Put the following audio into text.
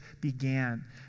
began